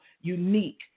unique